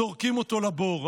זורקים אותו לבור.